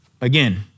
again